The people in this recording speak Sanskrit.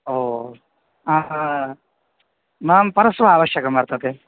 ओ मह्यं परश्वः आवश्यकं वर्तते